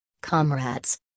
comrades